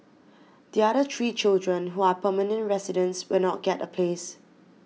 the other three children who are permanent residents will not get a place